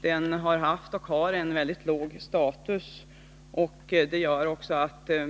Den har haft och har en mycket låg status, och det gör kanske att det